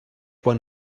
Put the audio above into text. one